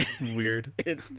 weird